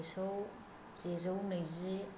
सेजौ सेजौ नैजि